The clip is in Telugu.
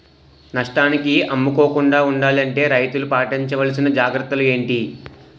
నష్టానికి అమ్ముకోకుండా ఉండాలి అంటే రైతులు పాటించవలిసిన జాగ్రత్తలు ఏంటి